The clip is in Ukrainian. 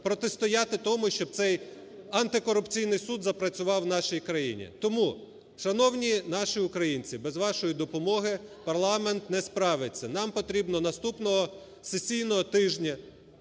протистояти тому, щоб цей Антикорупційний суд запрацював в нашій країні. Тому, шановні наші українці, без вашої допомоги парламент не справиться, нам потрібно наступного сесійного тижня